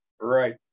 Right